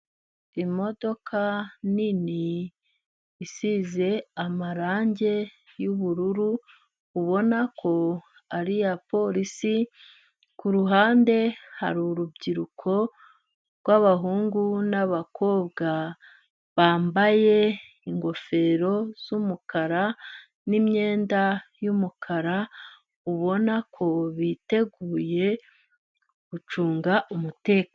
Imodoka nini, isize amarangi y'ubururu, ubona ko ari iya porisi, ku ruhande hari urubyiruko rw'abahungu n'abakobwa, bambaye ingofero z'umukara, n'imyenda y'umukara, ubona ko biteguye gucunga umutekano.